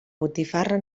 botifarra